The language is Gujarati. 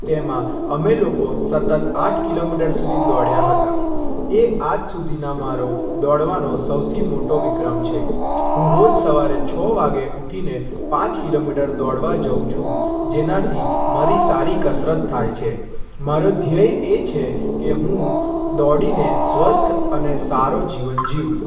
તેમાં અમે લોકો સતત આઠ કિલોમીટર સુધી દોડ્યા હતા એ આજ સુધીનો મારો દોડવાનો સૌથી મોટો વિક્રમ છે હું રોજ સવારે છ વાગે ઊઠીને પાંચ કિલોમીટર દોડવા જાઉં છું જેનાથી મારી સારી કસરત થાય છે મારો ધ્યેય એ છે કે હું દોડીને સ્વસ્થ અને સારું જીવન જીવું